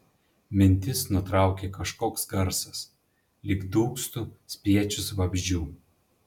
mintis nutraukė kažkoks garsas lyg dūgztų spiečius vabzdžių